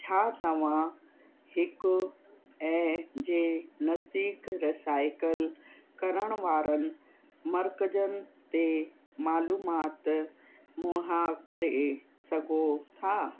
छा तव्हां हिकु ऐं जे नज़दीक रिसाइकिल करण वारनि मर्कज़नि ते मालूमात मुहा करे सघो था